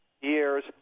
years